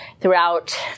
throughout